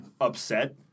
upset